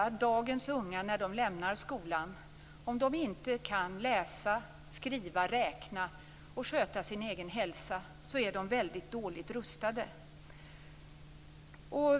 Om dagens unga lämnar skolan utan att kunna läsa, skriva, räkna och sköta sin egen hälsa, menar jag att de är väldigt dåligt rustade.